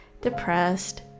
depressed